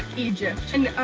egypt! and,